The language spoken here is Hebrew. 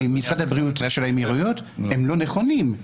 משרד הבריאות של האמירויות הם לא נכונים.